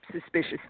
suspicious